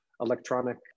electronic